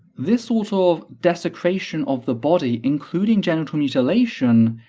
this sort of desecration of the body, including genital mutilation,